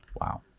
Wow